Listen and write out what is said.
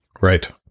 Right